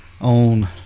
On